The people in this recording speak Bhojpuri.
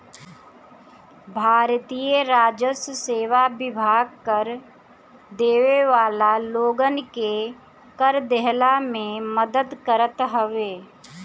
भारतीय राजस्व सेवा विभाग कर देवे वाला लोगन के कर देहला में मदद करत हवे